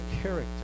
character